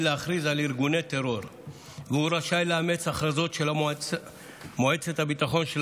להכריז על ארגוני טרור ורשאי לאמץ הכרזות של מועצת הביטחון של